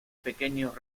pequeños